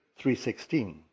3.16